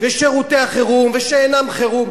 ושירותי החירום ושאינם חירום.